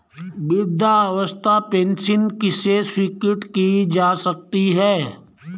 वृद्धावस्था पेंशन किसे स्वीकृत की जा सकती है?